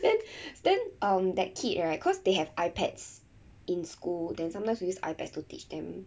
then then um that kid right cause they have ipads in school then sometimes we use ipads to teach them